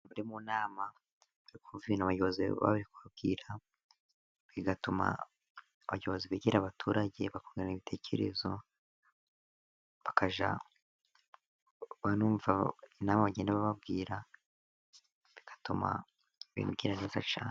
Abari mu nama y'abayobozi bari kubabwira, bigatuma abayobozi begera abaturage bakungurana ibitekerezo, bakajya banumva bababwira bigatuma bimugira neza cyane.